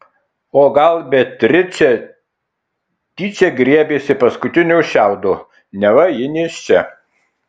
o gal beatričė tyčia griebėsi paskutinio šiaudo neva ji nėščia